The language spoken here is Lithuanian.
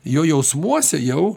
jo jausmuose jau